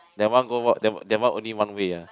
that one go what that that one only one way ah